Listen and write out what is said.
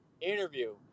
interview